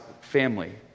family